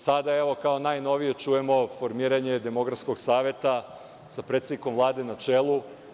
Sada, evo kao najnovije čujemo formiranje demografskog saveta sa predsednikom Vlade na čelu.